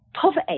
poverty